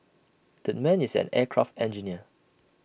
that man is an aircraft engineer